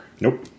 Nope